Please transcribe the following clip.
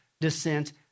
descent